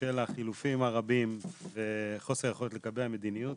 בשל החילופים הרבים וחוסר היכולת לקבע מדיניות